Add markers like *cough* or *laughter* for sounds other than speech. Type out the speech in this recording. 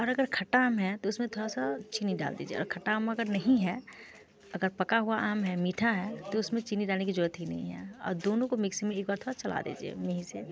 और अगर खट्टा आम है तो उस में थोड़ी सी चीनी डाल दीजिए और अगर खट्टा आम नहीं है अगर पका हुआ आम है मीठा है तो उस में चीनी डालने की ज़रूरत ही नहीं है और दोनों को मिक्सिं में एक बार थोड़ा चला दीजिए *unintelligible*